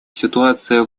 ситуация